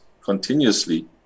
continuously